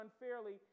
unfairly